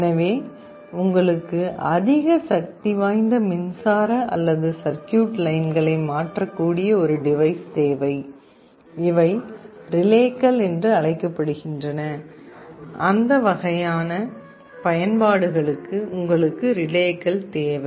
எனவே உங்களுக்கு அதிக சக்தி வாய்ந்த மின்சார அல்லது சர்க்யூட் லைன்களை மாற்றக்கூடிய ஒரு டிவைஸ் தேவை இவை ரிலேக்கள் என்று அழைக்கப்படுகின்றன அந்த வகையான பயன்பாடுகளுக்கு உங்களுக்கு ரிலேக்கள் தேவை